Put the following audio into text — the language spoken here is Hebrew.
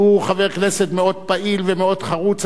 הוא חבר כנסת מאוד פעיל ומאוד חרוץ,